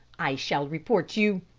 i shall report you.